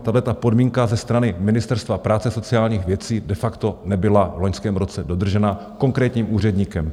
Tahle podmínka ze strany Ministerstva práce a sociálních věcí de facto nebyla v loňském roce dodržena konkrétním úředníkem.